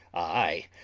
ay!